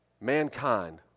Mankind